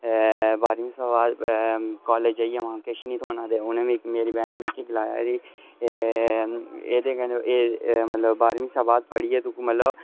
बाह्रमीं शा बाद कॉलेज जाइयै ते महां केश नीं थ्होना ते उन्नै मिगी मेरी भैन ने मिगी गलाया कि एह्दे कन्नै मतलब बाह्रमीं शा बाद पढ़ियै तूं मतलब